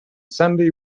sandy